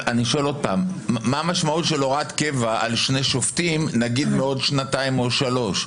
מה המשמעות של הוראת קבע על שני שופטים בעוד שנתיים או שלוש?